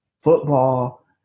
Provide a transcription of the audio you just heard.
football